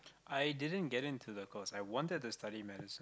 i didn't get in to the course I wanted to study medicine